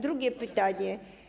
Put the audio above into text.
Drugie pytanie.